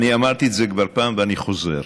אני אמרתי את זה כבר פעם ואני חוזר: